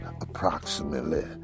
approximately